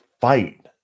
fight